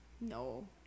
No